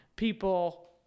people